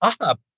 up